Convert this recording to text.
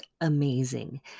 amazing